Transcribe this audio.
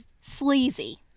sleazy